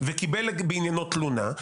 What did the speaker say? וקיבל בעניינו תלונה,